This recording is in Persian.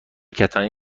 کتانی